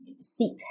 seek